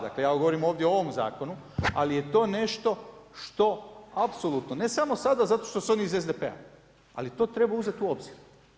Dakle, ja govorim ovdje o ovom zakonu, ali je to nešto što apsolutno ne samo sada zato što su oni iz SDP-a, ali to treba uzeti u obzir.